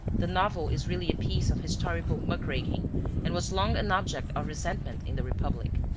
the novel is really a piece of historical muck-raking and was long an object of resentment in the republic.